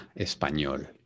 español